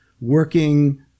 working